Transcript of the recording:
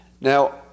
Now